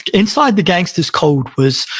inside the gangsters' code was